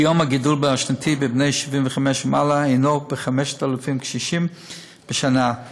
כיום הגידול השנתי בבני 75 ומעלה הנו 5,000 קשישים בשנה.